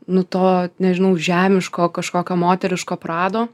nu to nežinau žemiško kažkokio moteriško prado